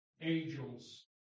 angels